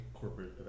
corporate